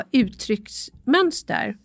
uttrycksmönster